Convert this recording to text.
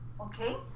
okay